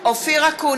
(קוראת בשמות חברי הכנסת) אופיר אקוניס,